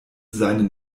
seinen